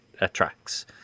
attracts